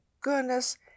goodness